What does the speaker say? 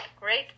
great